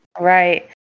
Right